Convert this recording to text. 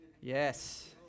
Yes